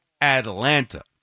Atlanta